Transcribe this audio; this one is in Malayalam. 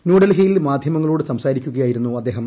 ന്യൂഡൽഹിയിൽ മാധ്യമങ്ങളോട് സംസാരിക്കുകയായിരുന്നു അദ്ദേഹം